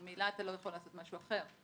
ממילא אתה לא יכול לעשות משהו אחר.